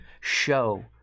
show